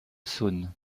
saône